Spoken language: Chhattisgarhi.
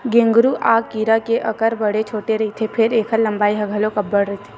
गेंगरूआ कीरा के अकार बड़े छोटे रहिथे फेर ऐखर लंबाई ह घलोक अब्बड़ रहिथे